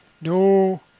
No